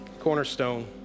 cornerstone